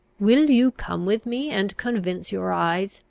will you come with me, and convince your eyes?